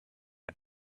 and